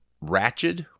Ratchet